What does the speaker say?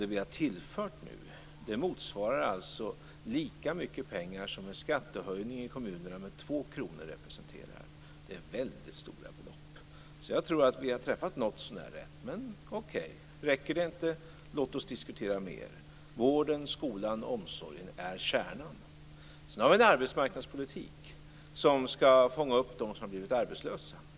Den summa vi nu har tillfört motsvarar en skattehöjning i kommunerna med två kronor. Det är väldigt stora belopp. Jag tror att vi har träffat något så när rätt, men okej - räcker det inte får vi diskutera vidare. Vården, skolan och omsorgen är kärnan. Vi har en arbetsmarknadspolitik som skall fånga upp dem som blivit arbetslösa.